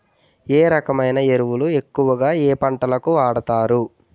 ఏ రకమైన ఎరువులు ఎక్కువుగా ఏ పంటలకు వాడతారు?